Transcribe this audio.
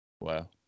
wow